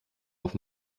auf